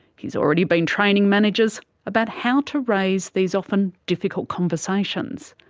he's already been training managers about how to raise these often difficult conversations.